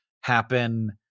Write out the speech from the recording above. happen